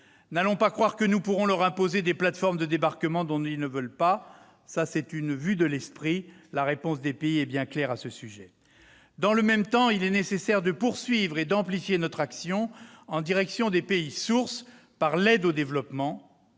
N'allons pas croire que nous pourrons leur imposer des « plateformes de débarquement » dont ils ne veulent pas : c'est une vue de l'esprit, la réponse des pays concernés est bien claire à ce sujet. Dans le même temps, il est nécessaire de poursuivre et d'amplifier notre action en direction des pays sources par l'aide au développement,